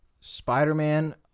Spider-Man